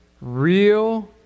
real